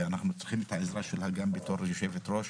אנחנו צריכים את העזרה שלך גם בתור יושבת-ראש.